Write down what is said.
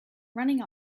running